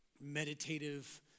meditative